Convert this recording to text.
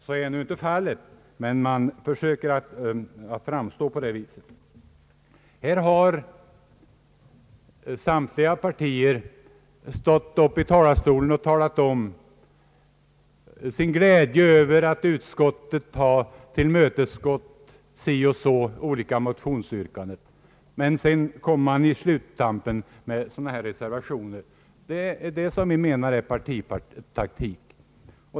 Så är dock inte fallet, men man försöker i alla fall framstå på det viset. Representanter för samtliga partier har stått i denna talarstol och uttalat sin glädje över att utskottet har tillmötesgått olika motionsyrkanden. Men sedan i sluttampen kommer man med sådana här reservationer. Det anser vi vara partitaktik.